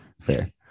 Fair